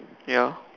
ya